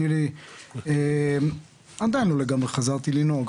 עד היום עוד לא חזרתי לנהוג,